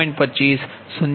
2793 0